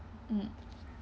mm